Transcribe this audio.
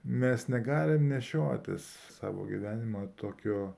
mes negalim nešiotis savo gyvenimą tokio